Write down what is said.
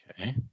Okay